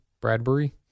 Bradbury